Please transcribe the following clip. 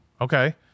Okay